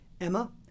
Emma